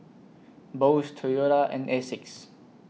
Bose Toyota and Asics